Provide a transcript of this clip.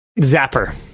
zapper